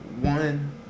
One